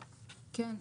פה,